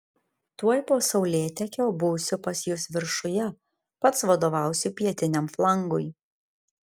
tuoj po saulėtekio būsiu pas jus viršuje pats vadovausiu pietiniam flangui